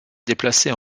déplaçait